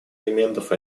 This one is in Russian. элементов